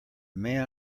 man